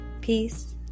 peace